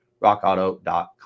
rockauto.com